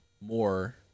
more